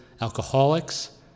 alcoholics